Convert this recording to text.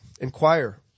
Inquire